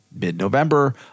mid-November